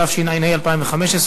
התשע"ה 2015,